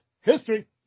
history